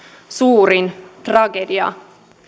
suurin tragedia